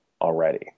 already